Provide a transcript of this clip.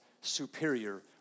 superior